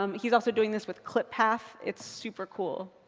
um he's also doing this with clippath. it's super cool.